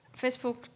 Facebook